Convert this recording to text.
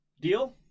Deal